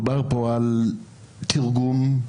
מדובר כאן על תרגום שהוא